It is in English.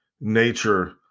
nature